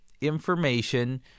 information